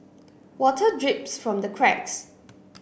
water drips from the cracks